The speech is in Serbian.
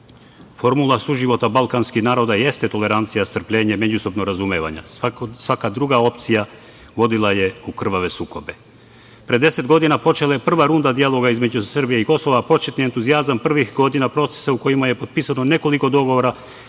Formula suživota balkanskih naroda jeste tolerancija, strpljenje, međusobno razumevanje. Svaka druga opcija vodila je u krvave sukobe. Pre deset godina počela je prva runda dijaloga između Srbije i Kosova. Početni entuzijazam prvih godina procesa u kojima je potpisano nekoliko dogovora,